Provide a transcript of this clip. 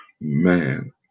man